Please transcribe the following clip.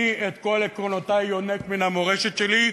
אני את כל עקרונותי יונק מן המורשת שלי,